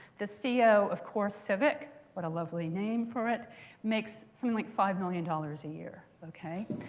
the ceo of corecivic what a lovely name for it makes something like five million dollars a year, ok?